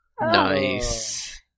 Nice